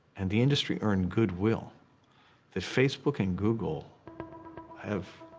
and the industry earned good will that facebook and google have